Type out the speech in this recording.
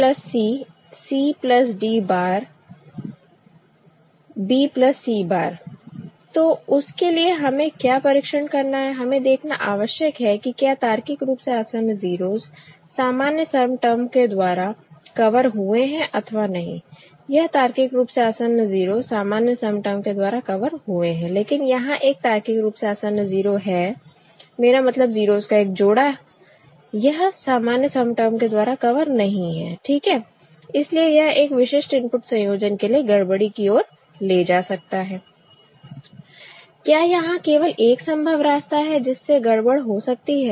Y A CC D'B C' तो उसके लिए हमें क्या परीक्षण करना है हमें देखना आवश्यक है कि क्या तार्किक रूप से आसन्न 0s सामान्य सम टर्म के द्वारा कवर हुए हैं अथवा नहीं यह तार्किक रूप से आसन्न 0s सामान्य सम टर्म के द्वारा कवर हुए हैं लेकिन यहां एक तार्किक रूप से आसन्न 0 है मेरा मतलब 0s एक जोड़ा यह सामान्य सम टर्म के द्वारा कवर नहीं है ठीक है इसलिए यह एक विशिष्ट इनपुट संयोजन के लिए गड़बड़ी की ओर ले जा सकता है क्या यहां केवल एक संभव रास्ता है जिससे गड़बड़ हो सकती है